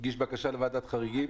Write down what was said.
היא הגישה בקשה לוועדת חריגים,